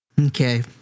Okay